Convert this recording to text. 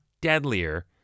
deadlier